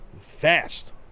Fast